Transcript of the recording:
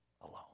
alone